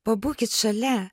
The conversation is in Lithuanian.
pabūkit šalia